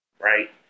right